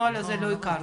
את הנוהל הזה לא הכרנו.